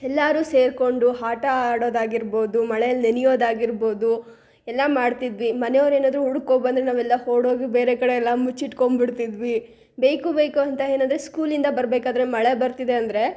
ಎಲ್ಲರು ಸೇರಿಕೊಂಡು ಆಟ ಆಡೋದಾಗಿರ್ಬೋದು ಮಳೆಯಲ್ಲಿ ನೆನೆಯೋದಾಗಿರ್ಬೋದು ಎಲ್ಲ ಮಾಡುತಿದ್ವಿ ಮನೆಯವರೇನಾದ್ರು ಹುಡ್ಕೊ ಬಂದರೆ ನಾವೆಲ್ಲ ಓಡೋಗಿ ಬೇರೆ ಕಡೆಯೆಲ್ಲ ಮುಚ್ಚಿಟ್ಕೊಂಬಿಡ್ತಿದ್ವಿ ಬೇಕು ಬೇಕು ಅಂತ ಏನಂದ್ರೆ ಸ್ಕೂಲಿಂದ ಬರಬೇಕಾದ್ರೆ ಮಳೆ ಬರ್ತಿದೆ ಅಂದರೆ